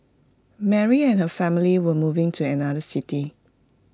Mary and her family were moving to another city